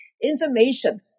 information